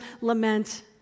lament